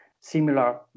similar